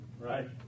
Right